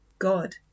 god